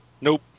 Nope